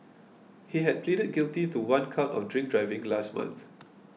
he had pleaded guilty to one count of drink driving last month